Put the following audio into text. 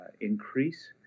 increase